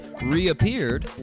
reappeared